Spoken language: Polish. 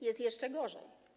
Jest jeszcze gorzej.